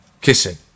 kissing